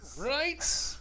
Right